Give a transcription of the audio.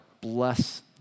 bless